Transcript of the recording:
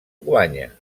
guanya